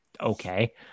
okay